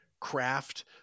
craft